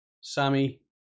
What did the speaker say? Sammy